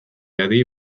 adi